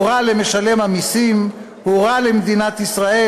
הוא רע למשלם המסים, הוא רע למדינת ישראל,